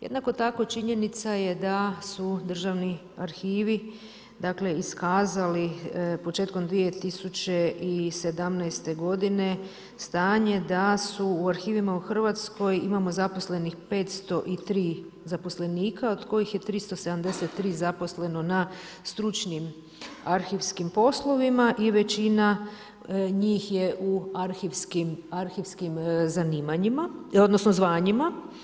Jednako tako činjenica je da su državni arhivi iskazali početkom 2017. godine stanje da su u arhivima u Hrvatskoj imamo zaposlenih 503 zaposlenika, od kojih je 373 zaposleno na stručnim arhivskim poslovima i većina njih je u arhivskim zanimanjima, odnosno zvanjima.